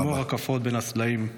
נוער רקפות בין הסלעים,